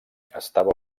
estava